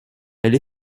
elle